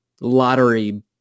lottery